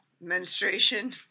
menstruation